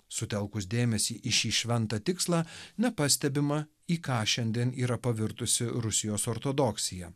sutelkus dėmesį į šį šventą tikslą nepastebima į ką šiandien yra pavirtusi rusijos ortodoksija